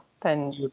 then-